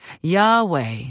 Yahweh